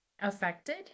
affected